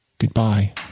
Goodbye